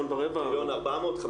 זה לחמישה שבועות.